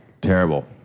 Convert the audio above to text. Terrible